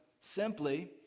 simply